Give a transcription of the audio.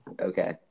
Okay